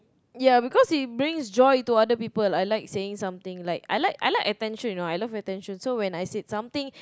ya because it brings joy to other people I like saying something like I like I like attention you know I love attention so when I said something